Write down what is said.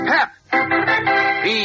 Pep